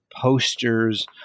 posters